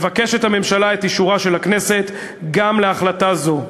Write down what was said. מבקשת הממשלה את אישורה של הכנסת גם להחלטה זו.